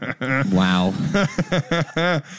Wow